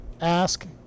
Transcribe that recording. ask